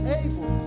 able